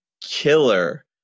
Killer